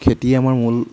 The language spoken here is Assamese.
খেতিয়ে আমাৰ মূল